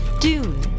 Dune